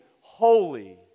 holy